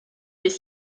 des